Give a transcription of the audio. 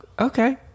okay